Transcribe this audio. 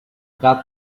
cat